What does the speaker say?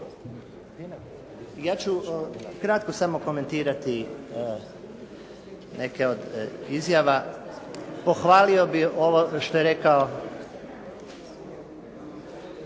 Ja ću kratko samo komentirati neke od izjava. Pohvalio bih ovo što je mladi